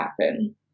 happen